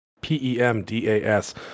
P-E-M-D-A-S